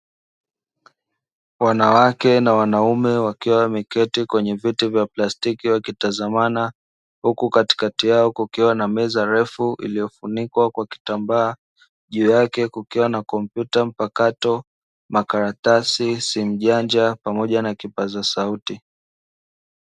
Wanawake na wanaume wakiwa wameketi kwenye viti vya plastiki wakitazamana, huku katikati yao kukiwa na meza refu iliyofunikwa kwa kitambaa, juu yake kukiwa na kompyuta mpakato, makaratasi, simujanja pamoja na kipaza sauti.